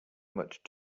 much